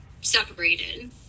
separated